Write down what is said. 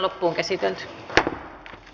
asian käsittely päättyi